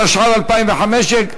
התשע"ו 2015,